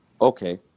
okay